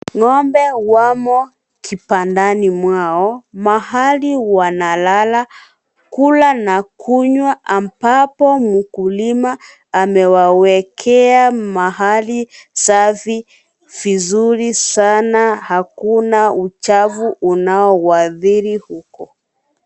Ng'ombe wamo kibandani mwao. Mahali wanalala, kula na kunywa, ambapo mkulima amewawekea mahali safi, vizuri sana. Hakuna, uchafu unaowaathiri huko.